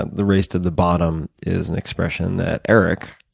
ah the race to the bottom is an expression that eric,